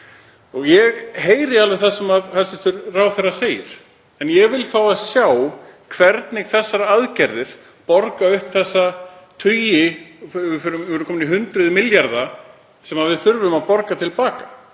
Ég heyri alveg það sem hæstv. ráðherra segir, en ég vil fá að sjá hvernig þessar aðgerðir borga upp þessa tugi — við erum örugglega komin í hundruð milljarða sem við þurfum að borga til baka